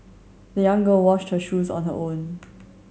the young girl washed her shoes on her own